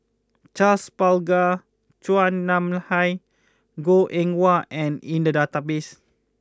Charles Paglar Chua Nam Hai Goh Eng Wah are in the database